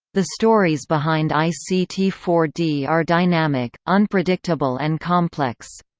the stories behind i c t four d are dynamic, unpredictable and complex.